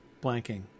blanking